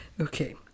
Okay